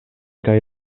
kaj